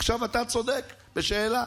עכשיו, אתה צודק בשאלה.